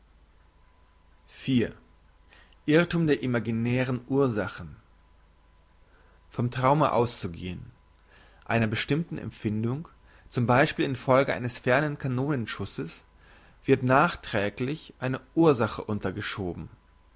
irrthum der imaginären ursachen vom traume auszugehn einer bestimmten empfindung zum beispiel in folge eines fernen kanonenschusses wird nachträglich eine ursache untergeschoben